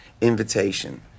invitation